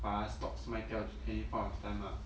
把他 stocks 卖掉 any point of time ah